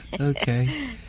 Okay